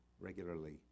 regularly